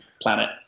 planet